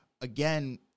again